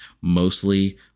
mostly